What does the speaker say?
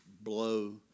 blow